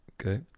okay